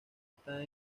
están